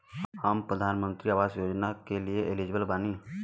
हम प्रधानमंत्री आवास योजना के लिए एलिजिबल बनी?